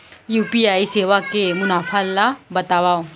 UPI सेवा के मुनाफा ल बतावव?